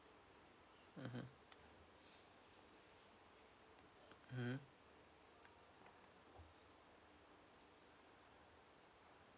mmhmm mmhmm